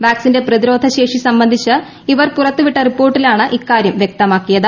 വാക്സിന്റെ പ്രതിരോധശേഷി സംബന്ധിച്ച് ഇവർ പുറത്തു വിട്ട റിപ്പോർട്ടിലാണ് ഇക്കാര്യാ വ്യക്തമാക്കിയത്